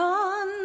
on